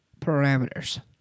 parameters